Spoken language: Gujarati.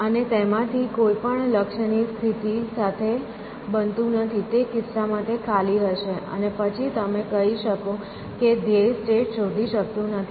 અને તેમાંથી કોઈ પણ લક્ષ્યની સ્થિતિ સાથે બનતું નથી તે કિસ્સામાં તે ખાલી હશે અને પછી તમે કહી શકો કે ધ્યેય સ્ટેટ શોધી શકતું નથી